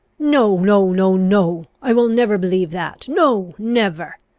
no, no, no, no! i will never believe that no, never!